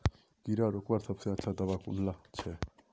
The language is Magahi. कीड़ा रोकवार सबसे अच्छा दाबा कुनला छे?